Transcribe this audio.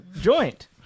joint